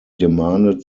demanded